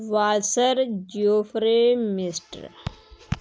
ਵਾਸਰ Jofra mister